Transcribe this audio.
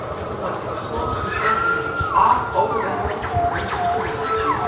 you want to close your books and be off over the hills to race with the wind.